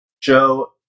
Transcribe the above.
Joe